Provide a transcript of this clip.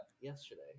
yesterday